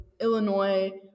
Illinois-